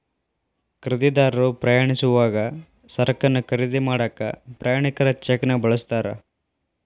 ಖರೇದಿದಾರರು ಪ್ರಯಾಣಿಸೋವಾಗ ಸರಕನ್ನ ಖರೇದಿ ಮಾಡಾಕ ಪ್ರಯಾಣಿಕರ ಚೆಕ್ನ ಬಳಸ್ತಾರ